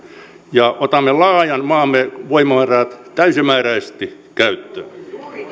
ja otamme laajan maamme voimavarat täysimääräisesti käyttöön